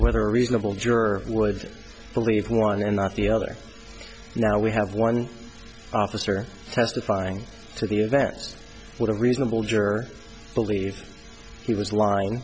whether reasonable juror would believe one and not the other now we have one officer testifying to the events what a reasonable juror believe he was lying